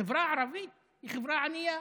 החברה הערבית היא חברה ענייה.